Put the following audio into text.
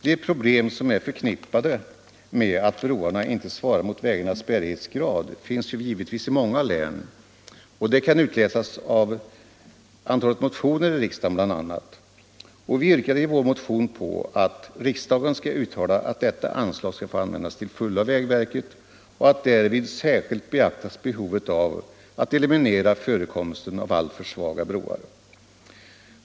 De problem som är förknippade med att broarna inte svarar mot vägarnas bärighetsgrad finns givetvis i många län, det kan utläsas bl.a. av antalet motioner i riksdagen. Vi yrkade i vår motion att riksdagen skall uttala att detta anslag skall få användas till fullo av vägverket och att därvid särskilt beaktas behovet av att eliminera förekomsten av alltför svaga broar.